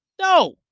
No